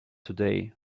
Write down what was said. today